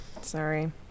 Sorry